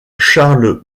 charles